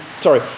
sorry